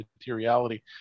materiality